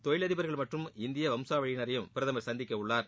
தொழிலதிபா்கள் மற்றும் இந்திய வம்சாவளியினரையும் பிரதமர் சந்திக்கவுள்ளார்